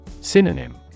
Synonym